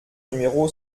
numéro